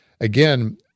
again